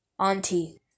Auntie